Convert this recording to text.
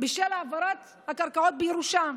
בשל העברת הקרקעות בירושה.